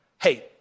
Hey